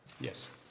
Yes